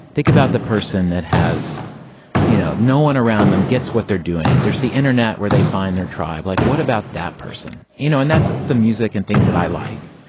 think about the person that has you know no one around them gets what they're doing. there's the internet where they find their tribe like what about that person you know and that's the music and things that i like.